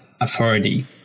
authority